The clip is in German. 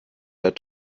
der